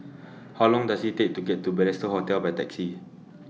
How Long Does IT Take to get to Balestier Hotel By Taxi